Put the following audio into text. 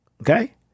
Okay